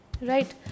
right